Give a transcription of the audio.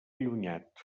allunyat